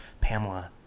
Pamela